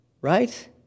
right